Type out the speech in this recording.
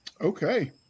okay